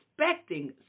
expecting